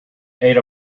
ada